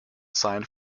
signed